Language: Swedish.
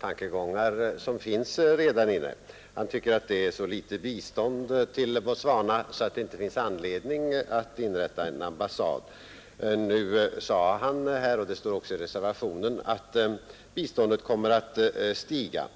tankegångar som redan framförts i reservationen. Han tycker att biståndet till Botswana är så litet att det inte finns anledning att inrätta en ambassad där. Nu sade han — och det står också i reservationen — att biståndet kommer att öka.